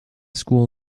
school